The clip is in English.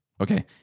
Okay